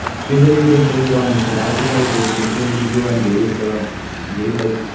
similarly you can check it on instant article, facebook in-stream video and various other ways like,